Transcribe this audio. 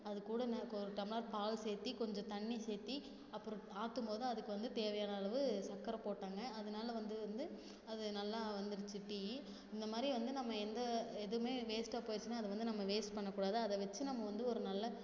அது கூட நான் கோ ஒரு டம்ளர் பால் சேர்த்தி கொஞ்சம் தண்ணி சேர்த்தி அப்புறோம் ஆற்றும் போது தான் அதுக்கு வந்து தேவையான அளவு சக்கரை போட்டாங்க அதனால வந்து வந்து அது நல்லா வந்துருச்சு டீ இந்த மாதிரி வந்து நம்ம எந்த எதுவும் வேஸ்டாக போயிடுச்சினா அதை வந்து நம்ம வேஸ்ட் பண்ணக்கூடாது அதை வச்சி நம்ம வந்து ஒரு நல்ல